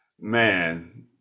Man